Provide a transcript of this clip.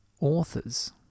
authors